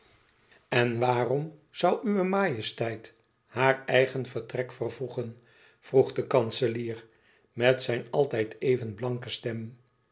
en waarom zoû uwe majesteit haar eigen vertrek vervroegen vroeg de kanselier met zijn altijd even blanke stem